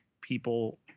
people